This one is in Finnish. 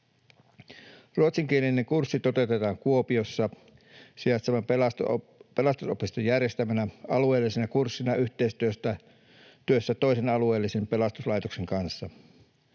Ruotsinkielinen kurssi toteutetaan Kuopiossa sijaitsevan Pelastusopiston järjestämänä alueellisena kurssina yhteistyössä toisen alueellisen pelastuslaitoksen kanssa.